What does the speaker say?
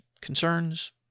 concerns